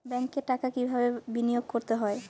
ব্যাংকে টাকা কিভাবে বিনোয়োগ করতে হয়?